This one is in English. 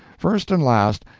first and last,